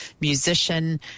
musician